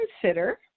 consider